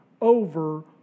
over